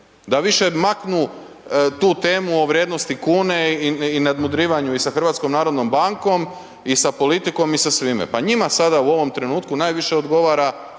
da više maknu tu temu o vrijednosti kune i nadmudrivanju i sa HNB-om i sa politikom i sa svime, pa njima sada u ovom trenutku najviše odgovara